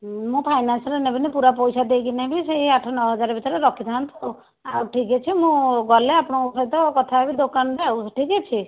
ମୁଁ ଫାଇନାନ୍ସରେ ନେବିନି ପୂରା ପଇସା ଦେଇକି ନେବି ସେଇ ଆଠ ନଅ ହଜାର ଭିତରେ ରଖିଥାଆନ୍ତୁ ଆଉ ଠିକ୍ ଅଛି ମୁଁ ଗଲେ ଆପଣଙ୍କ ସହିତ କଥା ହେବି ଦୋକାନରେ ଆଉ ଠିକ୍ ଅଛି